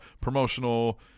promotional